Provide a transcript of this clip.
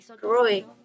growing